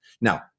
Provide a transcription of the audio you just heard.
Now